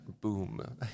Boom